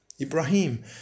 ibrahim